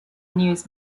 news